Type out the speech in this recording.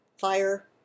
fire